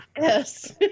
Yes